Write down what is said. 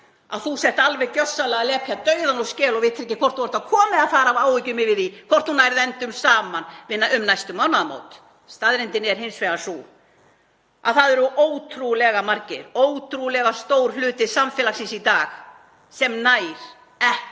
að þú sért alveg gjörsamlega að lepja dauðann úr skel og vitir ekki hvort þú ert að koma eða fara af áhyggjum yfir því hvort þú nærð endum saman um næstu mánaðamót. Staðreyndin er hins vegar sú að það eru ótrúlega margir, ótrúlega stór hluti samfélagsins í dag, sem ná ekki